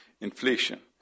inflation